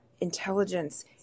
intelligence